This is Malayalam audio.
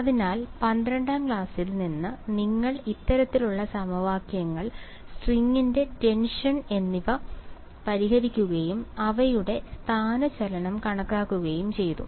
അതിനാൽ 12 ാം ക്ലാസിൽ നിന്ന് നിങ്ങൾ ഇത്തരത്തിലുള്ള സമവാക്യങ്ങൾ സ്ട്രിംഗിലെ ടെൻഷൻ എന്നിവ പരിഹരിക്കുകയും അവയുടെ സ്ഥാനചലനം കണക്കാക്കുകയും ചെയ്തു